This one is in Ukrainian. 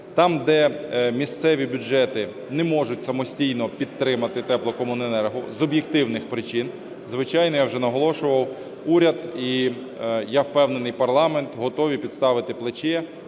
Там, де місцеві бюджети не можуть самостійно підтримати теплокомуненерго з об'єктивних причин, звичайно, я вже наголошував, уряд і, я впевнений, парламент готові підставити плече